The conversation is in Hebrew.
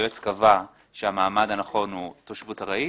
היועץ קבע שהמעמד הנכון הוא תושבות ארעית.